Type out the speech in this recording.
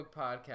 Podcast